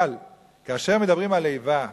אבל כאשר מדברים על איבה,